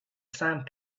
sand